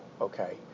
okay